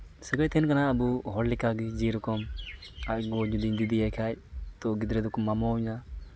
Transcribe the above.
ᱥᱟᱹᱜᱟᱹᱭ ᱛᱟᱦᱮᱱ ᱠᱟᱱᱟ ᱟᱵᱚ ᱦᱚᱲ ᱞᱮᱠᱟᱜᱮ ᱡᱮᱨᱚᱠᱚᱢ ᱟᱡ ᱜᱚᱜᱚ ᱡᱩᱫᱤᱧ ᱫᱤᱫᱤᱭᱟᱭ ᱠᱷᱟᱡ ᱛᱚ ᱜᱤᱫᱽᱨᱟᱹ ᱫᱚᱫᱚ ᱢᱟᱢᱚ ᱤᱧᱟ